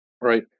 right